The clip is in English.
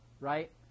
right